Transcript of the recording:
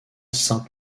san